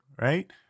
right